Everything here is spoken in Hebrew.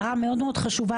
הערה מאוד מאוד חשובה,